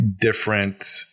different